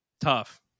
tough